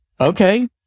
okay